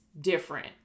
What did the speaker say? Different